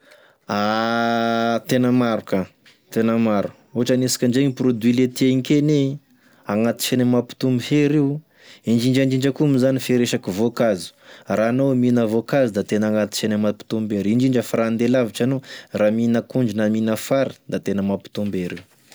Tena maro ka, tena maro ohatry anisika ndray igny produit laitier igny keny agnatisany mampitombo hery io, indrindrindrindra koa moa zany fe resaky voankazo raha anao e mihina voankazo da tena agnatisany e mampitombo hery, indrindra fa raha andeha lavitry enao raha mihina akondro na mihina fary da tena mampitombo hery io.